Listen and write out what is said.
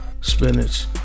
spinach